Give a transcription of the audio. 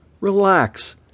Relax